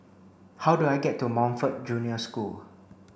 how do I get to Montfort Junior School